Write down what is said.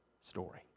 story